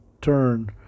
turn